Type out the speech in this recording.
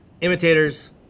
imitators